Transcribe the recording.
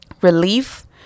relief